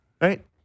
Right